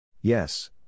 Yes